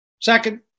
Second